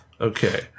Okay